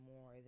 more